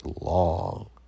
long